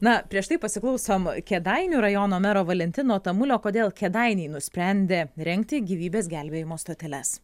na prieš tai pasiklausom kėdainių rajono mero valentino tamulio kodėl kėdainiai nusprendė rengti gyvybės gelbėjimo stoteles